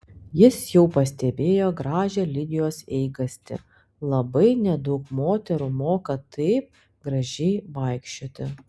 jis jau pastebėjo gražią lidijos eigastį labai nedaug moterų moka taip gražiai vaikščioti